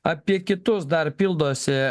apie kitus dar pildosi